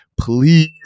please